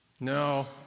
no